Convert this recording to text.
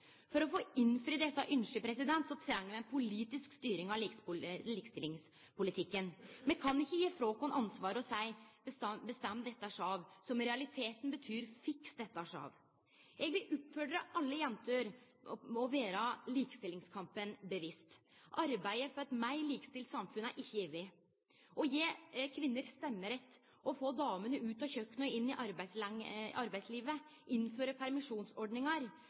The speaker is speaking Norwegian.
For å få innfridd desse ynska treng me politisk styring av likestillingspolitikken. Me kan ikkje gje frå oss ansvaret og seie: Bestem dette sjølv, som i realiteten betyr: Fiks dette sjølv. Eg vil oppfordre alle jenter til å vere seg likestillingskampen bevisst. Arbeidet for eit meir likestilt samfunn er ikkje over. Å gje kvinner stemmerett, få kvinner ut av kjøkkenet og inn i arbeidslivet og innføre permisjonsordningar